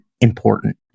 important